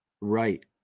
Right